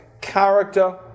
character